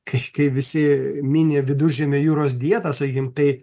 kai kai visi mini ir viduržemio jūros dietas sakykim tai